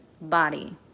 body